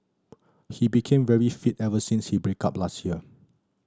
he became very fit ever since his break up last year